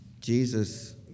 Jesus